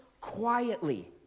quietly